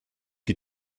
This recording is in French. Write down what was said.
qui